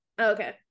Okay